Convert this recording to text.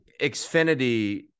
xfinity